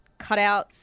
cutouts